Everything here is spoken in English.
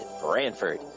branford